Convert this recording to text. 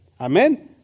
Amen